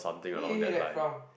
where did you hear that from